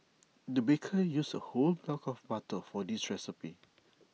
the baker used A whole block of butter for this recipe